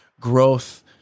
growth